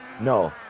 No